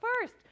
first